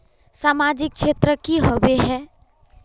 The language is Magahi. सामाजिक क्षेत्र की होबे है?